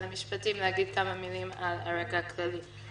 המשפטים להגיד כמה מילים על הרקע הכללי.